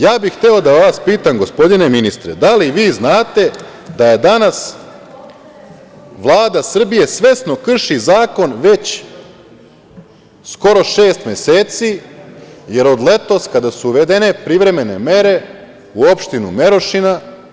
Hteo bih da vas pitam, gospodine ministre, da li vi znate da danas Vlada Srbije svesno krši zakon već skoro šest meseci, jer od letos kada su uvedene privremene mere u opštini Merošina?